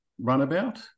runabout